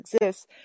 exists